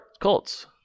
Colts